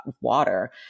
water